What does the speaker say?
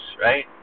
right